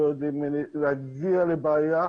לא יודעים להגיע לבעיה.